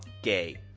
gay.